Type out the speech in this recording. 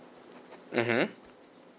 mmhmm